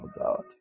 God